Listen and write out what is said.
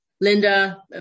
Linda